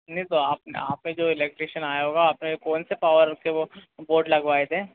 नहीं तो आप आप ने जो इलेक्ट्रीशन आया होगा आप ने कौन से पॉवर से वो बोर्ड लगवाया थे